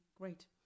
Great